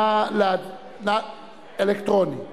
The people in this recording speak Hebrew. אלקטרוני.